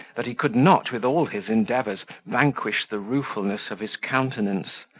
that he could not, with all his endeavours, vanquish the ruefulness of his countenance.